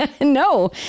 no